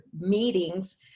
meetings